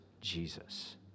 Jesus